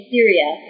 Syria